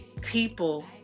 people